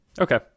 Okay